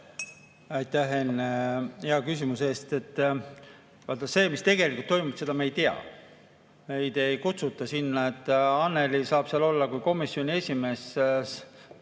Aitäh, Henn, hea küsimuse eest! Vaata, seda, mis tegelikult toimub, me ei tea. Meid ei kutsuta sinna. Annely saab seal olla kui komisjoni esimees.